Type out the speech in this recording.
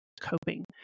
coping